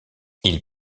ils